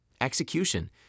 execution